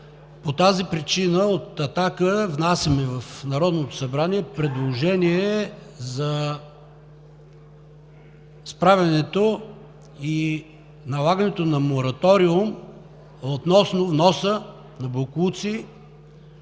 По тази причина от „Атака“ внасяме в Народното събрание предложение за справянето и налагането на мораториум относно вноса на боклуци